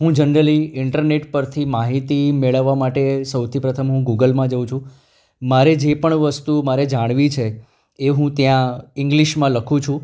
હું generally internet પરથી માહિતી મેળવવા માટે સૌથી પ્રથમ હું ગૂગલમાં જઉ છું મારે જે પણ વસ્તુ મારે જાણવી છે એ હું ત્યાં ઇંગ્લિશમાં લખું છું